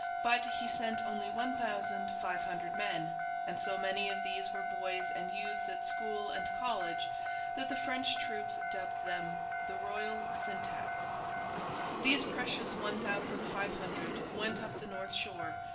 but he sent only one thousand five hundred men and so many of these were boys and youths at school and college that the french troops dubbed them the royal syntax these precious one thousand five hundred went up the north shore,